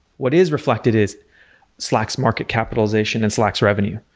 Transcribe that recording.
what is reflected is slack's market capitalization and slack's revenue.